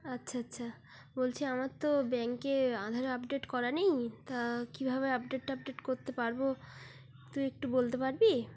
আচ্ছা আচ্ছা বলছি আমার তো ব্যাংকে আধার আপডেট করা নেই তা কীভাবে আপডেট টাপডেট করতে পারব তুই একটু বলতে পারবি